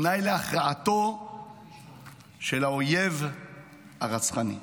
תנאי להכרעתו של האויב הרצחני.